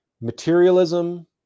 Materialism